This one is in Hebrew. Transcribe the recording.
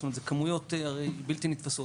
החלטה שהיא כבר קיבלה,